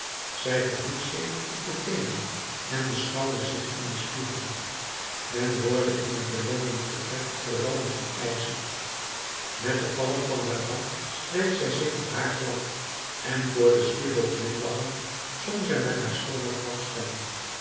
zij verhief zich op de teenen en beschouwde zich in den spiegel men hoorde in het belendend vertrek het gerammel van ijzer met de palm van haar hand streek zij zich het haar glad en voor den spiegel glimlachend zong zij met haar schorre